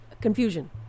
confusion